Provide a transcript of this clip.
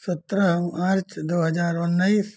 सत्रह मार्च दो हजार उन्नीस